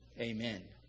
Amen